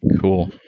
Cool